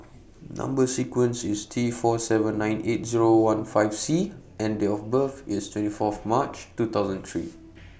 Number sequence IS T four seven nine eight Zero one five C and Date of birth IS twenty Fourth March two thousand three